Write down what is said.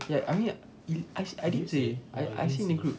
ya I mean I I did say I say in the group